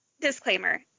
disclaimer